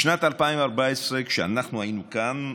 בשנת 2014, כשאנחנו היינו כאן,